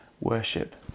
worship